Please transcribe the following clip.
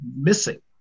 missing